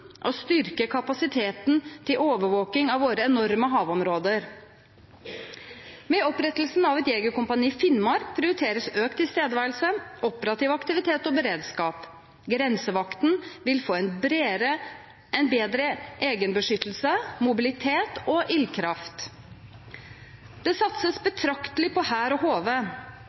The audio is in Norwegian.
kapasiteten til overvåking av våre enorme havområder. Med opprettelsen av et jegerkompani i Finnmark prioriteres økt tilstedeværelse, operativ aktivitet og beredskap. Grensevakten vil få bedre egenbeskyttelse, mobilitet og ildkraft. Det satses betraktelig på hær og